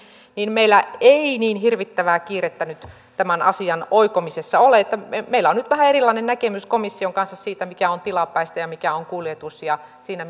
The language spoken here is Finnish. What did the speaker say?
meillä ei niin hirvittävää kiirettä nyt tämän asian oikomisessa ole meillä on nyt vähän erilainen näkemys komission kanssa siitä mikä on tilapäistä ja mikä on kuljetus ja siinä